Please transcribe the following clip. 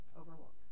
overlook